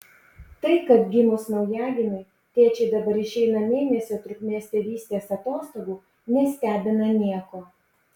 tai kad gimus naujagimiui tėčiai dabar išeina mėnesio trukmės tėvystės atostogų nestebina nieko